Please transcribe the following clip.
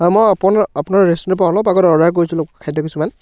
হয় মই আপোনা আপোনাৰ ৰেষ্টুৰেণ্টৰ পৰা অলপ আগত অৰ্ডাৰ কৰিছিলোঁ খাদ্য কিছুমান